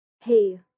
hey